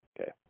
Okay